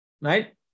right